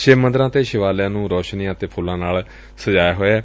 ਸ਼ਿਵ ਮੰਦਰਾਂ ਅਤੇ ਸ਼ਿਵਾਲਿਆਂ ਨੂੰ ਰੌਸ਼ਨੀਆਂ ਅਤੇ ਫੁੱਲਾਂ ਨਾਲ ਸਜਾਇਆ ਹੋਇਐ